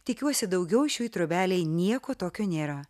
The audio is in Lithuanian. tikiuosi daugiau šioj trobelėj nieko tokio nėra